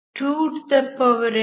dndxnn12nn